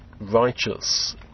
righteous